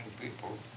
people